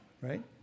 Right